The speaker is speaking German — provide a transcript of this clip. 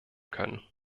können